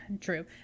True